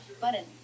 button